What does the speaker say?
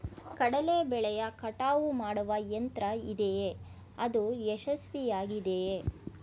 ಕಡಲೆ ಬೆಳೆಯ ಕಟಾವು ಮಾಡುವ ಯಂತ್ರ ಇದೆಯೇ? ಅದು ಯಶಸ್ವಿಯಾಗಿದೆಯೇ?